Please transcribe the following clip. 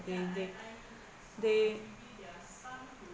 they they they